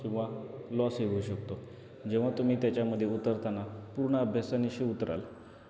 किंवा लॉसही होऊ शकतो जेव्हा तुम्ही त्याच्यामध्ये उतरताना पूर्ण अभ्यासानिशी उतराल